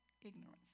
ignorance